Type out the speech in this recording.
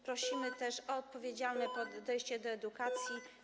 Prosimy też o odpowiedzialne podejście do edukacji.